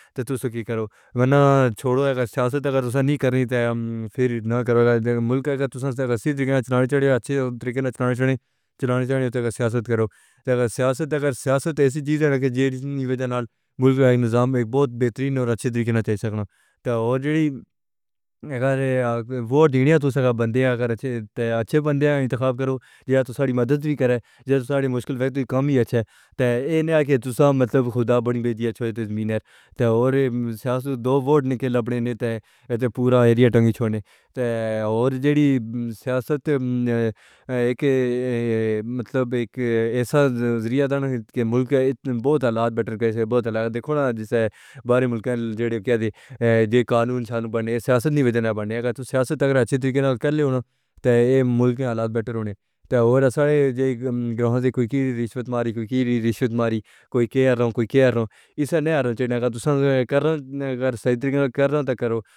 تے تو سا کی کرو ورنہ چھوڑو۔ اگر تساں سیاست نہیں کرنی تے پھر نہ کرو گا۔ ملک نوں سچے تے اچھے طریقے نال چلاؤ، تے جے سیاست کرو تے اوہ ایسی ہووے کہ جیتن دے نال نال ملک دا نظام وی بہترین تے چنگے طریقے نال چل سکے۔ ووٹ جیتݨ دے لئی چنگے بندے چنو، جے تہاݙی مدد کرن تے مشکل وقت وچ کم آؤن۔ ایہ نہ ہووے کہ جیتے ہی خدا بݨ جاؤ تے سیاست صرف ووٹ کٹھے کرݨ تے علاقے تے کنٹرول کرݨ تک محدود ہووے۔ اصل وچ سیاست ایسا ذریعہ ہووے جیہڑا ملک دے حالات سنوارے۔ ݙیکھو جیویں ٻاہر دے ملکاں وچ قانون دی حکمرانی ہوندی اے، سیاست نہیں۔ جے سیاست چنگے طریقے نال کیتی ونڄے تے ملک دے حالات بہتر تھی سڳدن۔ ایہو جہی سیاست ہووے جیہڑی رشوت خوری تے جھوٹے دعوےآں کنوں پاک ہووے، جیہڑی صرف سچائی تے کم کرے۔